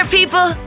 people